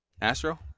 Astro